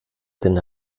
den